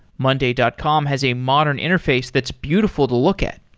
monday dot com has a modern interface that's beautiful to look at.